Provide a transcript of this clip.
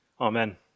Amen